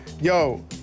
yo